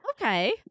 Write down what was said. okay